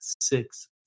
six